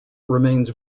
remains